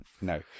No